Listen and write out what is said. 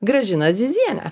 gražiną zizienę